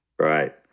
Right